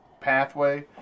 pathway